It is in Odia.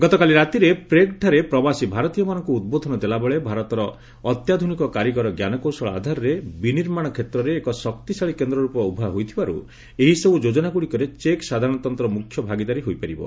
ଗତକାଲି ରାତିରେ ପ୍ରେଗ୍ଠାରେ ପ୍ରବାସୀ ଭାରତୀୟମାନଙ୍କୁ ଉଦ୍ବୋଧନ ଦେଲାବେଳେ ଭାରତ ଅତ୍ୟାଧୁନିକ କାରିଗର ଜ୍ଞାନକୌଶଳ ଆଧାରରେ ବିନିର୍ମାଣ କ୍ଷେତ୍ରରେ ଏକ ଶକ୍ତିଶାଳୀ କେନ୍ଦ୍ର ରୂପେ ଉଭା ହୋଇଥିବାରୁ ଏହିସବୁ ଯୋଜନାଗୁଡ଼ିକରେ ଚେକ୍ ସାଧାରଣତନ୍ତ୍ର ମୁଖ୍ୟ ଭାଗିଦାରୀ ହୋଇପାରିବ